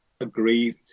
agreed